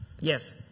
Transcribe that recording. Yes